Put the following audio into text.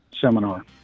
seminar